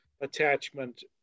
attachment